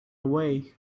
away